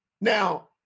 now